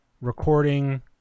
recording